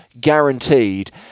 guaranteed